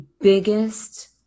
biggest